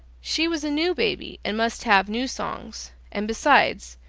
she was a new baby and must have new songs and besides,